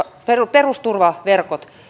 perusturvaverkot